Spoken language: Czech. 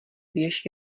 věž